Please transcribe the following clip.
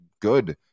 good